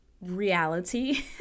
reality